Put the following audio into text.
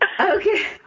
Okay